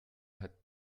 hat